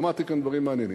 שמעתי כאן דברים מעניינים,